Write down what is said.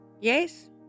Yes